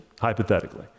hypothetically